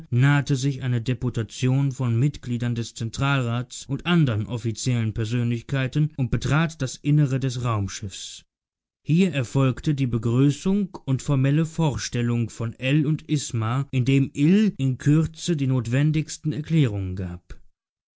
nahte sich eine deputation von mitgliedern des zentralrats und andern offiziellen persönlichkeiten und betrat das innere des raumschiffs hier erfolgte die begrüßung und formelle vorstellung von ell und isma indem ill in kürze die notwendigsten erklärungen gab